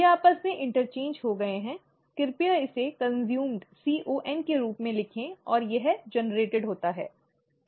ये आपस में इंटरचेंज हो गए हैं कृपया इसे कन्सूम्ड con के रूप में लिखें और यह उत्पन्न होता है